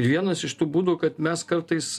vienas iš tų būdų kad mes kartais